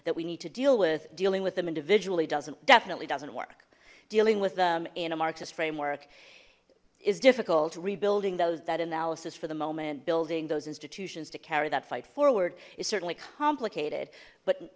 that we need to deal with dealing with them individually doesn't definitely doesn't work dealing with them in a marxist framework is difficult rebuilding those that analysis for the moment building those institutions to carry that fight forward is certainly complicated but